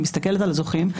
אני מסתכלת על הזוכים,